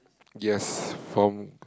yes from